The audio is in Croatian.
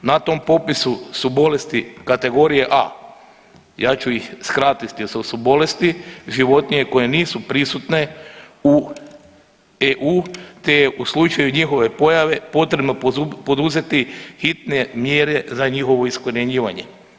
Na tom popisu su bolesti kategorije A, ja ću ih skratiti jer to su bolesti životinje koje nisu prisutne EU, te je u slučaju njihove pojave potrebno poduzeti hitne mjere za njihovo iskorjenjivanje.